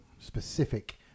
specific